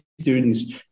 students